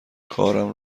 کارم